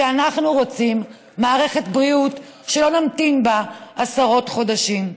אנחנו רוצים מערכת בריאות שלא נמתין בה עשרות חודשים.